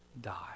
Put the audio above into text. die